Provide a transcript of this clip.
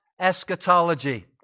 eschatology